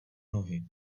nohy